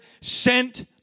sent